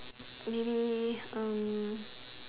maybe Erm